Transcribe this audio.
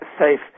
safe